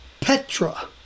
Petra